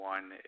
One